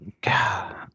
God